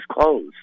closed